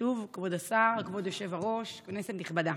כבוד השר, כבוד היושב-ראש, כנסת נכבדה,